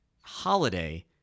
holiday